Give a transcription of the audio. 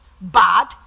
bad